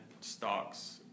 stocks